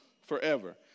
Forever